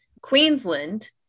Queensland